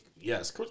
yes